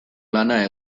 lana